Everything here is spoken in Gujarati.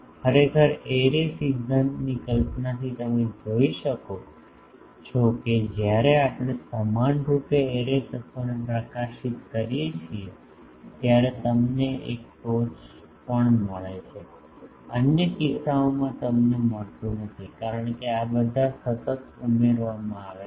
ખરેખર એરે સિદ્ધાંતની કલ્પનાથી તમે જોઈ શકો છો કે જ્યારે આપણે સમાનરૂપે એરે તત્વોને પ્રકાશિત કરીએ છીએ ત્યારે તમને એક ટોચ પણ મળે છે અન્ય કિસ્સાઓમાં તમને મળતું નથી કારણ કે બધા સતત ઉમેરવામાં આવે છે